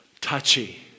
touchy